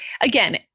again